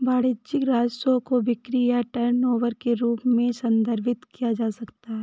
वाणिज्यिक राजस्व को बिक्री या टर्नओवर के रूप में भी संदर्भित किया जा सकता है